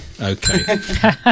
okay